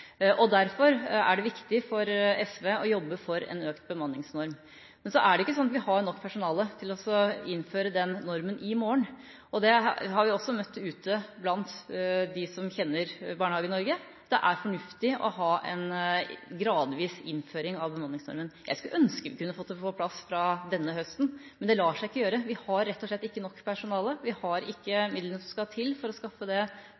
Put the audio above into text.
Derfor er det viktig for SV å jobbe for en styrket bemanningsnorm. Men så er det ikke sånn at vi har nok personale til å innføre den normen i morgen, og ute blant dem som kjenner Barnehage-Norge, blir vi også møtt med at det er fornuftig å ha en gradvis innføring av bemanningsnormen. Jeg skulle ønske vi kunne fått det på plass fra denne høsten, men det lar seg ikke gjøre. Vi har rett og slett ikke nok personale, vi har ikke midlene som skal til for å skaffe det per i dag. Men forhåpentligvis er det